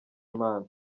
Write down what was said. imana